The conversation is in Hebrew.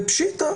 ופשיטא,